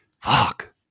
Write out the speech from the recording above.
Fuck